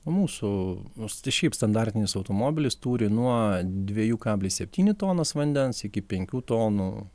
mūsų nu šiaip standartinis automobilis turi nuo dviejų kablis septynių tonas vandens iki penkių tonų